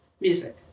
music